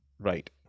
Right